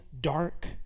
dark